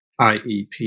IEP